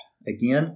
Again